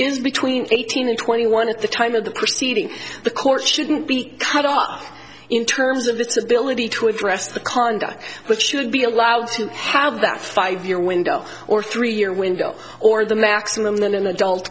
is between eighteen and twenty one at the time of the proceeding the court shouldn't be cut off in terms of this ability to address the conduct which should be allowed to have that five year window or three year window or the maximum